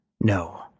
No